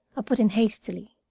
put in hastily.